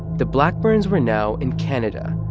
the blackburns were now in canada.